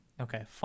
Okay